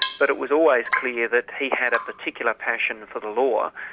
but it was always clear that he had a particular passion for the law.